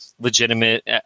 legitimate